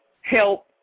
help